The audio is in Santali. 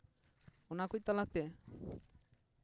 ᱚᱱᱟ ᱠᱚ ᱛᱟᱞᱟᱛᱮ